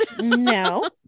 No